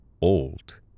old